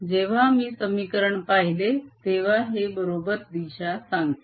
जेव्हा मी समीकरण पाहिले तेव्हा हे बरोबर दिशा सांगते